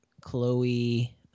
Chloe